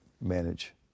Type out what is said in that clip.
manage